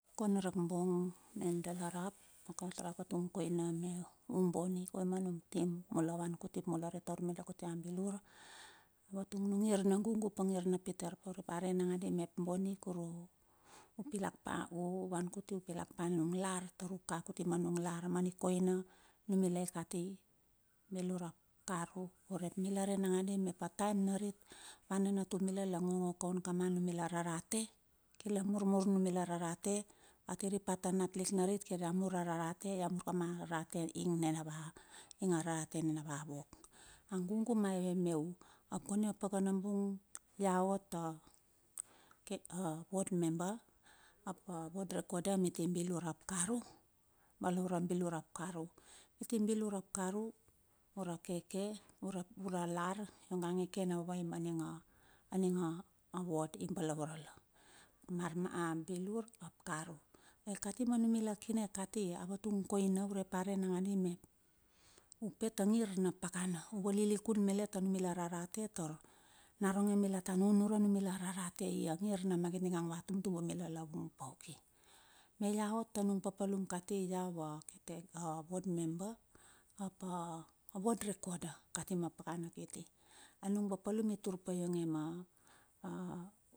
Ko na rak bong me dala rap. Mungo tar avatung koina me u bonie, kium a num team, mula wan kuti ap mula re taur mila kuti a bilur. A vatung a nung ngir na gugu ap nungir na pite arpa. urep a re nangadai mep boni kuru pilak pa, u wan kuti u pilak pa nung lar, taur u ka kuti ma nung lar ma nikoina numilai kati bilur ap karu, urep mila rei nagandi mep a taem narit, a nanatu mila la ngongo kaun kama numila rarate, kir la murmur a numila rarate, wa tiri pa ta nat lik narit, kir ia mur a rarate, ia mur kama a narate ing nena wa, ing arate nena wa wok. A gugu maive meu. Ap kondi apakana bung, ia ota ke, a ward member, ap a ward recorder miti bilur ap karu, bilur ap karu. Kuti bilur ap karu ura keke, ura lar iongai kena vavai ma nginga, aninga word i balaure la. Mar ia bilur ap karu. Ai kati ma numila kine kati, a watung a koina urep a rei nagadi mep, u pet a ngir na pakana, u valilikun malet a numila a rarate taur, noronge mila ta nunure a numila a rarate, ia ngir namagit inga ava tumtumbu mila la vung pauki. Me ia ot a nung papalum kati iau a te, a ward memeber ap a word recorder katima pakana kiti. Anung papalum i tur pa i ionge ma a a a.